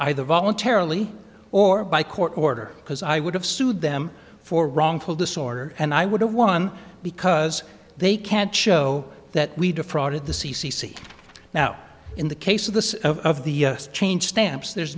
either voluntarily or by court order because i would have sued them for wrongful disorder and i would have won because they can't show that we defrauded the c c c now in the case of the of the change stamps there's